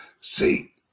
See